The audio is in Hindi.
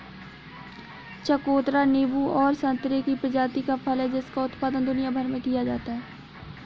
चकोतरा नींबू और संतरे की प्रजाति का फल है जिसका उत्पादन दुनिया भर में किया जाता है